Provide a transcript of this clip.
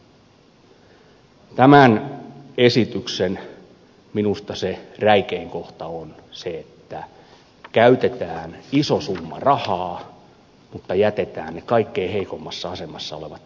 minusta se tämän esityksen räikein kohta on se että käytetään iso summa rahaa mutta jätetään ne kaikkein heikoimmassa asemassa olevat työttömät ilman